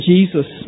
Jesus